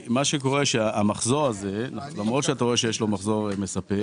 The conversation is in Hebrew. למרות שאתה רואה שיש שם מחזור מספק